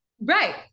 Right